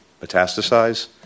metastasize